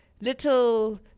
little